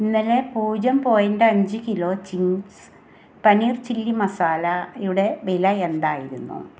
ഇന്നലെ പൂജ്യം പോയിൻറ് അഞ്ച് കിലോ ചിംഗ്സ് പനീർ ചില്ലി മസാലയുടെ വില എന്തായിരുന്നു